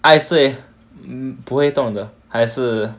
爱睡不会动的还是